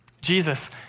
Jesus